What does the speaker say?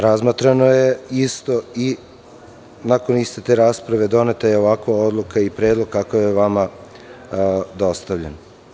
Razmatrano je i nakon rasprave je doneta ovakva odluka i predlog kakav je vama dostavljen.